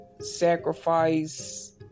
sacrifice